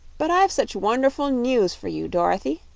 but i've such wonderful news for you, dorothy,